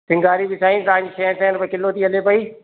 चिंगारी बि साईं तव्हांजी छह सौ रुपए किलो थी हले पई